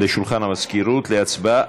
לשולחן המזכירות להצבעה,